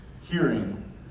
hearing